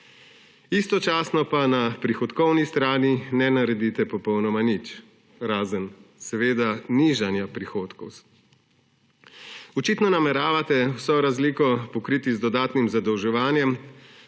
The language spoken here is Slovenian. Istočasno pa na prihodkovni strani ne naredite popolnoma nič, razen seveda nižanja prihodkov. Očitno nameravate vso razliko pokriti z dodatnim zadolževanjem,